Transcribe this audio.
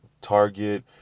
Target